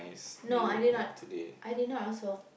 no I did not I did not also